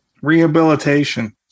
rehabilitation